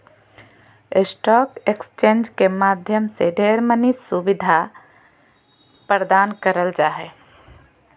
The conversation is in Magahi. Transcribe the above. स्टाक एक्स्चेंज के माध्यम से ढेर मनी सुविधा प्रदान करल जा हय